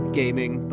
gaming